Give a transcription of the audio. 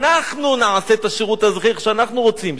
אנחנו נעשה את השירות האזרחי איך שאנחנו רוצים.